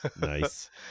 nice